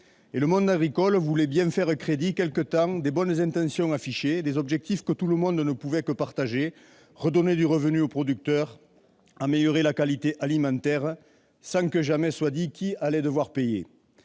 le monde agricole voulait bien faire crédit, quelque temps, au regard des bonnes intentions affichées et des objectifs que chacun ne pouvait que partager : redonner du revenu aux producteurs et améliorer la qualité alimentaire, sans jamais préciser qui allait devoir payer.